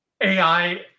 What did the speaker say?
AI